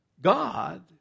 God